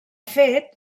fet